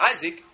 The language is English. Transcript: Isaac